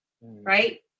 right